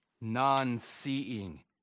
Non-seeing